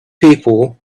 people